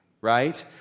Right